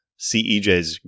CEJs